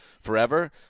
forever